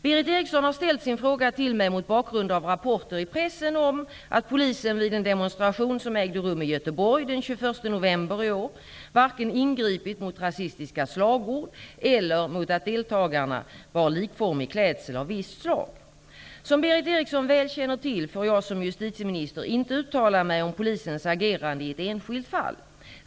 Berith Eriksson har ställt sin fråga till mig mot bakgrund av rapporter i pressen om att polisen vid en demonstration som ägde rum i Göteborg den 21 november i år varken ingripit mot rasistiska slagord eller mot att deltagarna bar likformig klädsel av visst slag. Som Berith Eriksson väl känner till får jag som justitieminister inte uttala mig om polisens agerande i ett enskilt fall.